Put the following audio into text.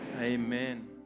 Amen